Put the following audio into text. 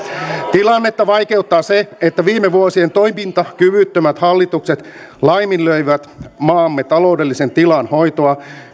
tilannetta vaikeuttaa se että viime vuosien toimintakyvyttömät hallitukset laiminlöivät maamme taloudellisen tilan hoitoa